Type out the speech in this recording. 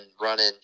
running